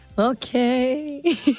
Okay